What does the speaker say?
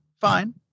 fine